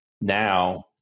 now